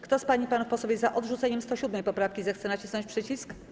Kto z pań i panów posłów jest za odrzuceniem 107. poprawki, zechce nacisnąć przycisk.